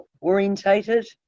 orientated